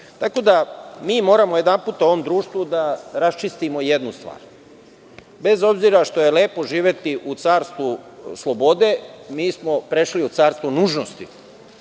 tragično. Mi moramo jedanput u ovom društvu da raščistimo jednu stvar. Bez obzira što je lepo živeti u carstvu slobode, mi smo prešli u carstvo nužnosti